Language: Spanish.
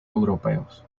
europeos